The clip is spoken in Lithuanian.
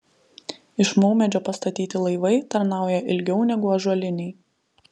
iš maumedžio pastatyti laivai tarnauja ilgiau negu ąžuoliniai